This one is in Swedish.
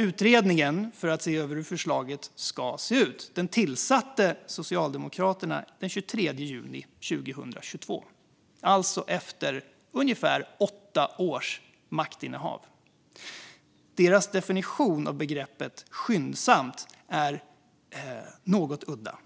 Utredningen för att se över hur förslaget ska se ut tillsatte Socialdemokraterna den 23 juni 2022, efter ungefär åtta års maktinnehav. Deras definition av begreppet "skyndsamt" är något udda,